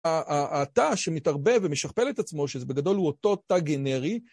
התא שמתערבב ומשכפל את עצמו, שזה בגדול הוא אותו תא גנרי,